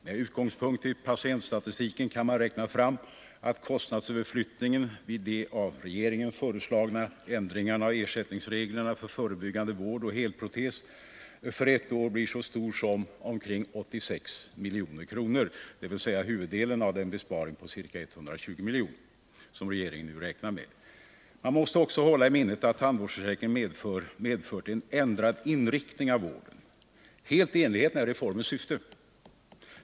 Med utgångspunkt i patientstatistiken kan man räkna fram att kostnadsöverflyttningen av de av regeringen föreslagna ändringarna av ersättningsreglerna för förebyggande vård och helprotes för ett år blir så stor som omkring 86 milj.kr., dvs. huvuddelen av den besparing på ca 120 milj.kr. som regeringen nu räknar med. Man måste också hålla i minnet att tandvårdsförsäkringen medfört en ändrad inriktning av vården, helt i enlighet med denna reforms syfte.